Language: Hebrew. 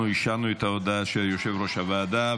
אנחנו אישרנו את ההודעה של יושב-ראש הוועדה.